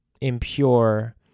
impure